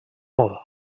mur